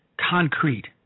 concrete